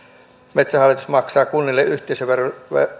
metsähallitus maksaa kunnille yhteisöveroa